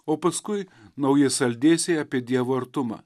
o paskui nauji saldėsiai apie dievo artumą